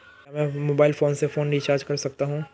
क्या मैं mobile phone से फोन रिचार्ज कर सकता हूं?